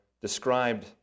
described